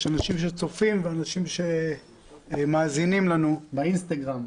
יש אנשים שצופים ואנשים שמאזינים לנו --- באינסטגרם.